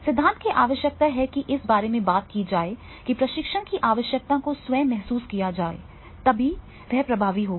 सिद्धांत की आवश्यकता है कि इस बारे में बात की जाए कि प्रशिक्षण की आवश्यकता को स्वयं महसूस किया जाए तभी यह प्रभावी होगा